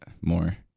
more